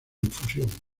infusión